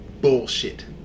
bullshit